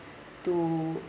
to